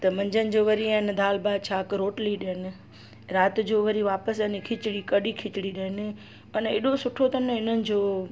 त मंझंदि जो वरी आहे न दाल भात छाज रोटली ॾियनि राति जो वरी वापसि अने खिचड़ी कढ़ी खिचड़ी ॾियनि अने एॾो सुठो अथनि इन्हनि जो